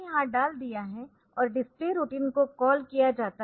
तो इसे यहाँ डाल दिया है और डिस्प्ले रूटीन को कॉल किया जाता है